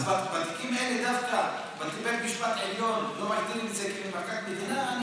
אז בתיקים האלה דווקא בית משפט עליון לא מגדיר את זה כמכת מדינה?